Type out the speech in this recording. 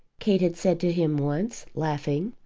kate had said to him once, laughing.